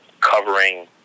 covering